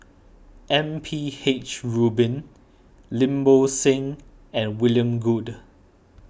M P H Rubin Lim Bo Seng and William Goode